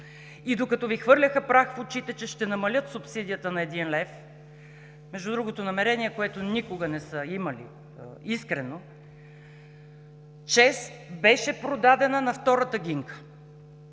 И докато Ви хвърляха прах в очите, че ще намалят субсидията на един лев – между другото намерение, което никога не са имали искрено, ЧЕЗ беше продадена на втората Гинка